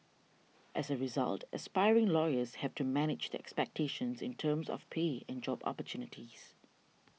as a result aspiring lawyers have to manage their expectations in terms of pay and job opportunities